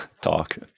talk